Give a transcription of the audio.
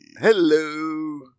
Hello